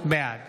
בעד